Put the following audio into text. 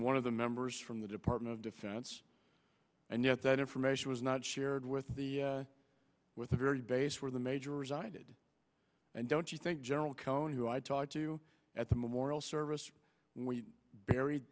one of the members from the department of defense and yet that information was not shared with the with the very base where the major resided and don't you think general cone who i talked to at the memorial service we buried